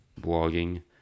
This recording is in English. blogging